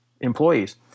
employees